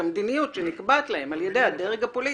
המדיניות שנקבעת להם על ידי הדרג הפוליטי.